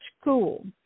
school